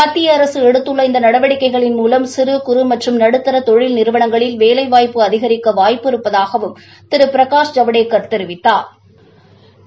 மத்திய அரசு எடுத்துள்ள இந்த நடவடிக்கைகளின் மூலம் சிறு குறு நடுத்தர தொழில் நிறுவனங்களில் வேலைவாய்ப்பு அதிகரிக்க வாய்ப்பு இருப்பதாகவும் திரு பிரகாஷ் ஜவடேக்கா் தெரிவித்தாா்